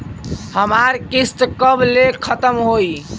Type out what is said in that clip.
हमार किस्त कब ले खतम होई?